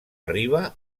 arriba